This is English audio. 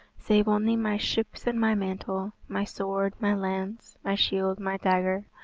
save only my ships and my mantle, my sword, my lance, my shield, my dagger,